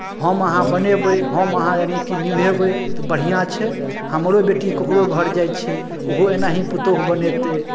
हम अहाँ बनेबै हम अहाँ यानिकि निभेबै तऽ बढ़िआँ छै हमरो बेटी ककरो घर जाइ छै ओहो एनाही पुतहु बनेतै